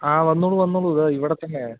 ആ വന്നോളൂ വന്നോളൂ ഇതാ ഇവിടെത്തന്നെ